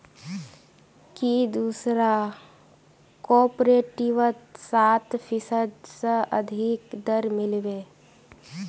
की दूसरा कॉपरेटिवत सात फीसद स अधिक दर मिल बे